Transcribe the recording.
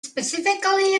specifically